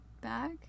back